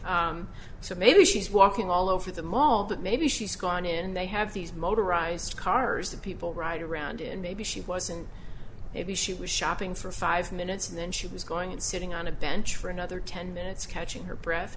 city so maybe she's walking all over the mall that maybe she's gone in they have these motorized cars that people ride around in maybe she wasn't maybe she was shopping for five minutes and then she was going and sitting on a bench for another ten minutes catching her breath